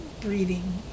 breathing